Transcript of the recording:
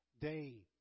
day